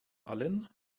allen